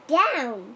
down